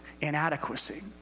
inadequacy